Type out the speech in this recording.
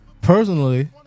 Personally